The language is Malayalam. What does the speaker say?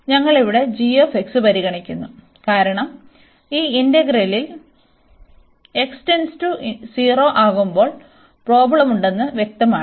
അതിനാൽ ഞങ്ങൾ ഇവിടെ g പരിഗണിക്കുന്നു കാരണം ഈ ഇന്റഗ്രന്റിൽ x → 0 ആകുമ്പോൾ പ്രോബ്ലം ഉണ്ടെന്ന് വ്യക്തമാണ്